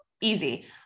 easy